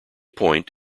point